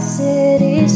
city